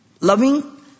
Loving